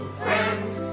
friends